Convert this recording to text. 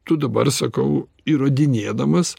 tu dabar sakau įrodinėdamas